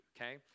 okay